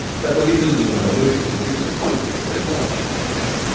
that the leaders of the revolution would be disappointed if there were no bloodshed.